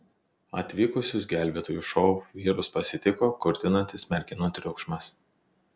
atvykusius gelbėtojų šou vyrus pasitiko kurtinantis merginų triukšmas